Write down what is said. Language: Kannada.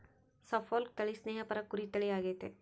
ಸಪೋಲ್ಕ್ ತಳಿ ಸ್ನೇಹಪರ ಕುರಿ ತಳಿ ಆಗೆತೆ